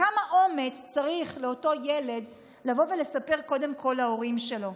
וכמה אומץ צריך אותו ילד כדי לבוא ולספר קודם כול להורים שלו,